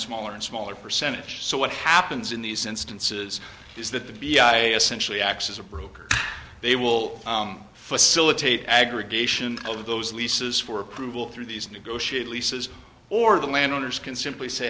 smaller and smaller percentage so what happens in these instances is that the essential acts as a broker they will facilitate aggregation of those leases for approval through these negotiate leases or the landowners can simply say